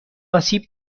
آسیب